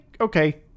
okay